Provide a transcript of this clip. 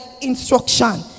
instruction